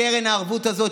קרן הערבות הזו,